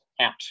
out